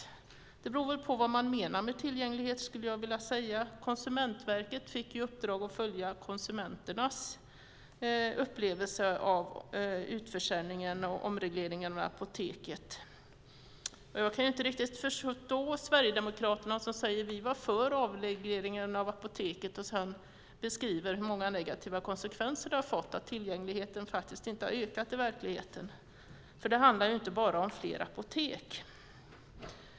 Jag skulle vilja säga att det beror på vad man menar med tillgänglighet. Konsumentverket fick i uppdrag att följa upp konsumenternas upplevelse av utförsäljningen och omregleringen av Apoteket. Jag kan inte riktigt förstå Sverigedemokraterna som säger att de var för avregleringen av Apoteket och sedan beskriver de negativa konsekvenser det fått, exempelvis att tillgängligheten inte ökat i verkligheten. Det handlar ju inte bara om fler apotek.